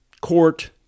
court